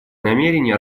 намерения